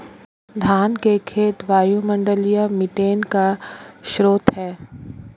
धान के खेत वायुमंडलीय मीथेन का स्रोत हैं